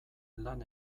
lan